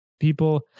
people